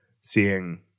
seeing